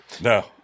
No